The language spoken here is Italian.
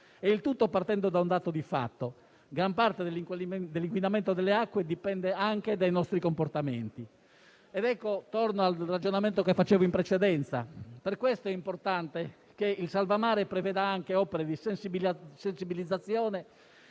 il tutto partendo da un dato di fatto: gran parte dell'inquinamento delle acque dipende anche dai nostri comportamenti. Torno al ragionamento che facevo in precedenza: per questo è importante che il provvedimento cosiddetto salva mare preveda anche opere di sensibilizzazione